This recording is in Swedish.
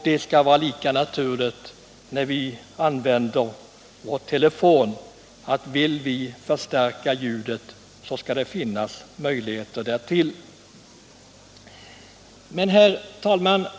Det bör varå lika naturligt att kunna förstärka ljudet när vi använder vår telefon. Herr talman!